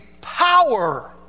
power